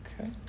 okay